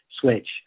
switch